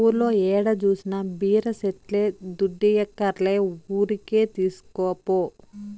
ఊర్లో ఏడ జూసినా బీర సెట్లే దుడ్డియ్యక్కర్లే ఊరికే తీస్కపో